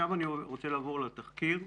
אני רוצה לעבור לתחקיר.